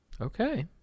Okay